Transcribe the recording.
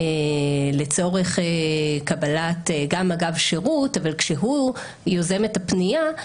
גם אגב שירות, אבל כשהוא יוזם את הפנייה,